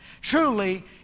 Truly